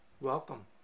Welcome